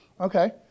Okay